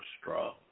straw